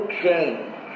change